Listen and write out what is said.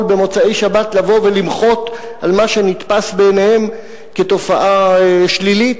במוצאי-שבת לבוא ולמחות על מה שנתפס בעיניהם כתופעה שלילית,